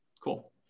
Cool